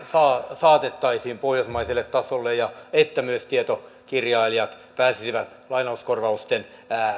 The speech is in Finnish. saatettaisiin pohjoismaiselle tasolle ja että myös tietokirjailijat pääsisivät lainauskorvausten